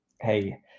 Hey